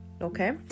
Okay